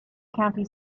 county